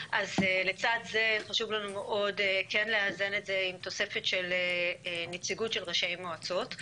לצד זה חשוב לנו מאוד כן לאזן את זה עם תוספת של נציגות של ראשי מועצות.